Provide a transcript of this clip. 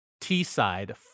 T-side